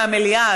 מהמליאה,